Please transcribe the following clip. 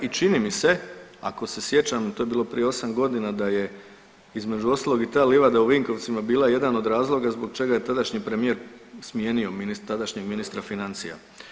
I čini mi se ako se sjećam, to je bilo prije 8 godina, da je između ostalog i ta livada u Vinkovcima bila jedan od razloga zbog čega je tadašnji premijer smijenio tadašnjeg ministra financija.